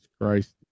Christ